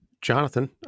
Jonathan